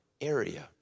area